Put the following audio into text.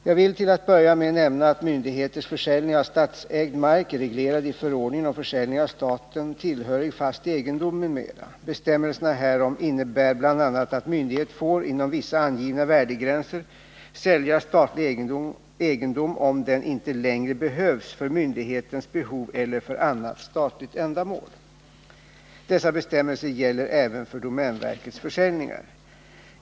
Jag vill till att börja med nämna att myndigheters försäljning av statsägd mark är reglerad i förordningen om försäljning av staten tillhörig fast egendom, m.m. Bestämmelserna härom innebär bl.a. att myndighet får, inom vissa angivna värdegränser, sälja statlig egendom, om den inte längre behövs för myndighetens behov eller för annat statligt ändamål. Dessa bes ljningar.